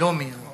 שלומי או